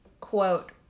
quote